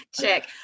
check